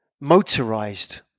motorized